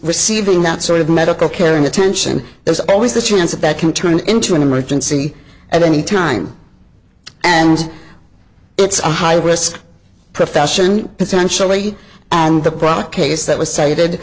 receiving that sort of medical care and attention there's always the chance that that can turn into an emergency at any time and it's a high risk profession potentially and the product case that was cited